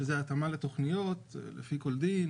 שזה התאמה לתכניות לפי כל דין,